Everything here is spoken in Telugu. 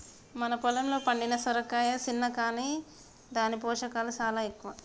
మన పొలంలో పండిన సొరకాయ సిన్న కాని దాని పోషకాలు సాలా ఎక్కువ